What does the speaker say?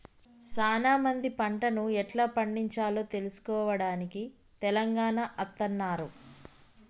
సానా మంది పంటను ఎట్లా పండిచాలో తెలుసుకోవడానికి తెలంగాణ అత్తన్నారు